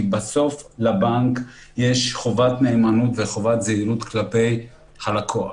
כי בסוף לבנק יש חובת נאמנות וחובת זהירות כלפי הלקוח.